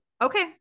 Okay